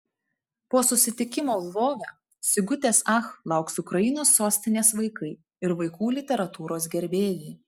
po susitikimo lvove sigutės ach lauks ukrainos sostinės vaikai ir vaikų literatūros gerbėjai